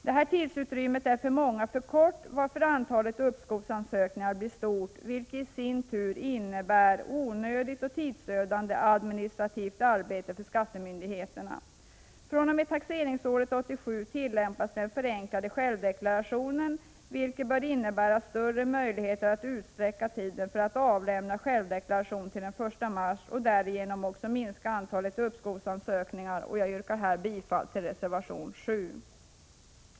Detta tidsutrymme är för många för kort, varför antalet uppskovsansökningar blir stort, vilket i sin tur innebär onödigt och tidsödande administrativt arbete för skattemyndighe fr.o.m. taxeringsåret 1987 tillämpas den förenklade självdeklarationen, vilket bör innebära större möjligheter att utsträcka tiden för avlämnande av självdeklaration till den 1 mars och därigenom också minska antalet uppskovsansökningar. Jag yrkar här bifall till reservation 7.